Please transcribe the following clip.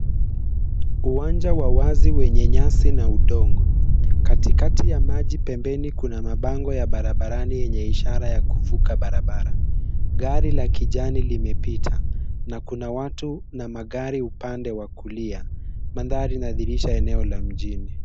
Uwanja wa wazi wenye nyasi na udongo. Katikati ya maji, pembeni kuna mabango ya barabarani yenye ishara ya kuvuka barabara. Gari la kijani limepita na kuna watu na magari upande wa kulia. Mandhari inadhihirisha eneo la mjini.